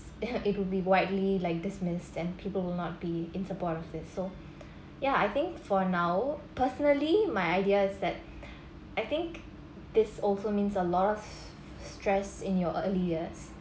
it would be widely like dismissed and people will not be in support of this so ya I think for now personally my ideas that I think this also means a lot of stress in your early years